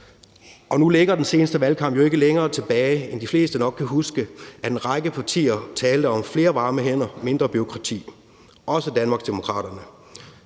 ej. Nu ligger den seneste valgkamp jo ikke længere tilbage, end at de fleste nok kan huske, at en række partier talte om flere varme hænder og mindre bureaukrati, også Danmarksdemokraterne.